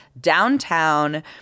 downtown